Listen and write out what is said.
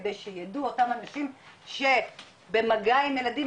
כדי שידעו אותם אנשים שבמגע עם ילדים,